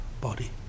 body